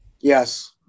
Yes